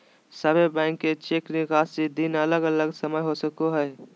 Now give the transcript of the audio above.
सभे बैंक के चेक निकासी दिन अलग अलग समय हो सको हय